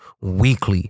weekly